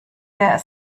der